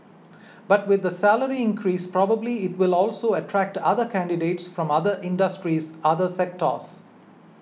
but with the salary increase probably it will also attract other candidates from other industries other sectors